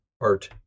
art